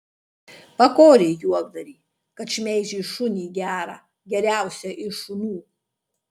pakorė juokdarį kad šmeižė šunį gerą geriausią iš šunų